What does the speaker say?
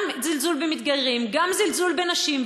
גם זלזול במתגיירים, גם זלזול בנשים.